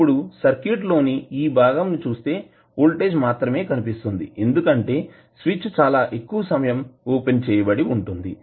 ఇప్పుడు సర్క్యూట్ లోని ఈ భాగం ని చూస్తే వోల్టేజ్ మాత్రమే కనిపిస్తుంది ఎందుకంటే స్విచ్ చాలా ఎక్కువ సమయం ఓపెన్ చేయబడి ఉంటుంది